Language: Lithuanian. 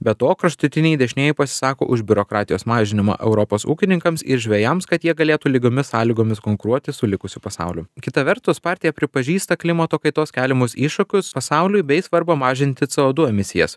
be to kraštutiniai dešinieji pasisako už biurokratijos mažinimą europos ūkininkams ir žvejams kad jie galėtų lygiomis sąlygomis konkuruoti su likusiu pasauliu kita vertus partija pripažįsta klimato kaitos keliamus iššūkius pasauliui bei svarbą mažinti c o du emisijas